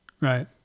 Right